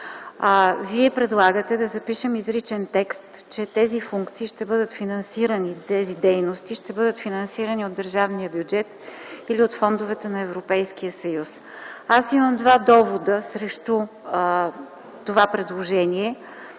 Вие предлагате да запишем изричен текст, че тези функции, тези дейности ще бъдат финансирани от държавния бюджет или от фондовете на Европейския съюз. Аз имам два довода срещу това предложение.